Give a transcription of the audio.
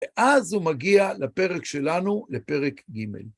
ואז הוא מגיע לפרק שלנו, לפרק ג'